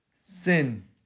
Sin